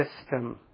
system